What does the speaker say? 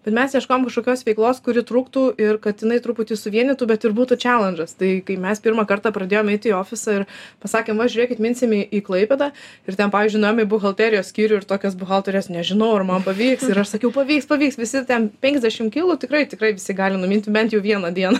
bet mes ieškom kažkokios veiklos kuri trūktų ir kat inai truputį suvienytų bet ir būtų čialendžas tai kai mes pirmą kartą pradėjome eit į ofisą ir pasakėm va žiūrėkit minsim į į klaipėdą ir ten pavyzdžiui nuėm į buhalterijos skyrių ir tokios buhalterės nežinau ar man pavyks ir aš sakiau pavyks pavyks visi ten penkiasdešim kilų tikrai tikrai visi gali numinti bent jau vieną dieną